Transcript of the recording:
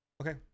Okay